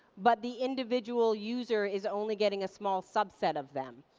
but the individual user is only getting a small subset of them.